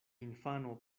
infano